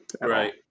Right